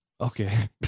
Okay